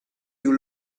you